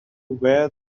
wear